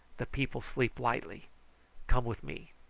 the people sleep lightly come with me.